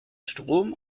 strom